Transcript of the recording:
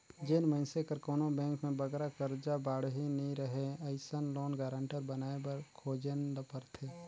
जेन मइनसे कर कोनो बेंक में बगरा करजा बाड़ही नी रहें अइसन लोन गारंटर बनाए बर खोजेन ल परथे